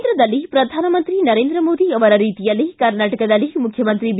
ಕೇಂದ್ರದಲ್ಲಿ ಶ್ರಧಾನಮಂತ್ರಿ ನರೇಂದ್ರ ಮೋದಿ ಅವರ ರೀತಿಯಲ್ಲೇ ಕರ್ನಾಟಕದಲ್ಲಿ ಮುಖ್ಯಮಂತ್ರಿ ಬಿ